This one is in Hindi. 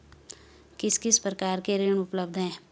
किस किस प्रकार के ऋण उपलब्ध हैं?